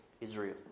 Israel